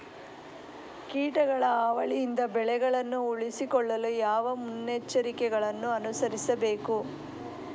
ಕೀಟಗಳ ಹಾವಳಿಯಿಂದ ಬೆಳೆಗಳನ್ನು ಉಳಿಸಿಕೊಳ್ಳಲು ಯಾವ ಮುನ್ನೆಚ್ಚರಿಕೆಗಳನ್ನು ಅನುಸರಿಸಬೇಕು?